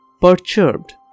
Perturbed